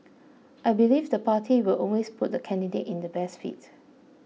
I believe the party will always put the candidate in the best fit